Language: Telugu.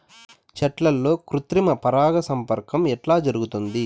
చెట్లల్లో కృత్రిమ పరాగ సంపర్కం ఎట్లా జరుగుతుంది?